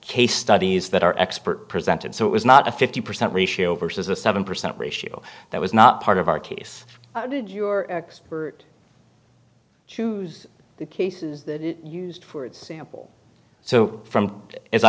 case studies that our expert presented so it was not a fifty percent ratio versus a seven percent ratio that was not part of our case did your expert choose the cases used for example so from as i